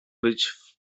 być